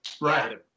Right